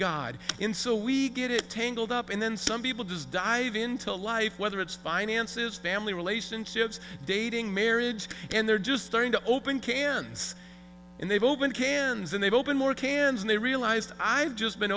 god in so we get it tangled up and then some people just dive into life whether it's finances family relationships dating marriage and they're just starting to open cans and they've opened cans and they've opened more cans and they realized i've just been